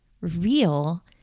real